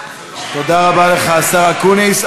תודה רבה לך, השר אקוניס.